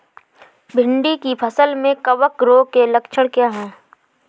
भिंडी की फसल में कवक रोग के लक्षण क्या है?